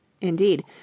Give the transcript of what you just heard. Indeed